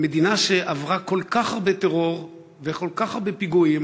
מדינה שעברה כל כך הרבה טרור וכל כך הרבה פיגועים,